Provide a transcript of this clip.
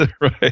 Right